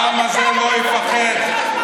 פה זה לא קיים.